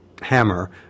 hammer